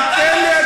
תן לי,